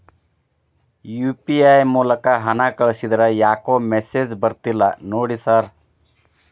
UPI ಮೂಲಕ ಹಣ ಕಳಿಸಿದ್ರ ಯಾಕೋ ಮೆಸೇಜ್ ಬರ್ತಿಲ್ಲ ನೋಡಿ ಸರ್?